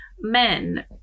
men